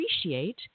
appreciate